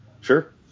Sure